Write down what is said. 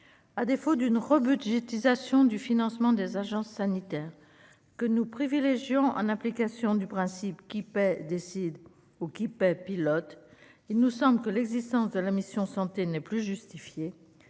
à défaut d'une rebudgétisation du financement des agences sanitaires que nous privilégions en application du principe qui paie décide occupait pilote, il nous semble que l'existence de la mission Santé n'est plus justifié